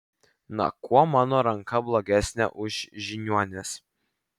na kuo mano ranka blogesnė už žiniuonės